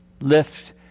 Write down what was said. Lift